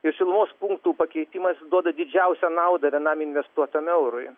šilumos punktų pakeitimas duoda didžiausią naudą vienam investuotam eurui